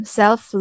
self